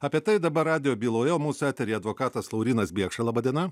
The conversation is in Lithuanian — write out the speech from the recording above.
apie tai dabar radijo byloje mūsų eteryje advokatas laurynas bėkša laba diena